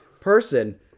person